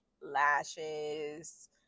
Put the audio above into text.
lashes